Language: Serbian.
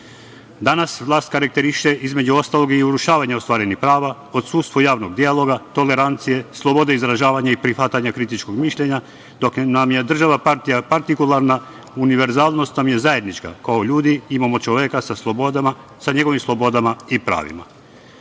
vlast karakteriše, između ostalog i urušavanje ostvarenih prava, odsustvo javnog dijaloga, tolerancije, slobode izražava i prihvatanja kritičkog mišljenja. Dok nam je država partija partikularna, univerzalnost nam je zajednička. Kao ljudi, imamo čoveka sa njegovim slobodama i